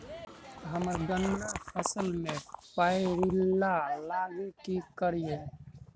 हम्मर गन्ना फसल मे पायरिल्ला लागि की करियै?